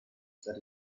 that